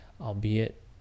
Albeit